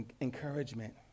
encouragement